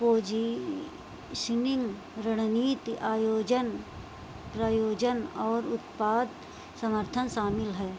को जी सिनिंग रणनीति आयोजन प्रयोजन और उत्पाद समर्थन शामिल है